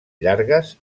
llargues